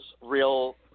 real